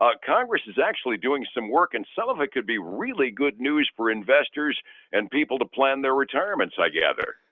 ah congress is actually doing some work and some of it could be really good news for investors and people to plan their retirements, i gather.